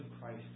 Christ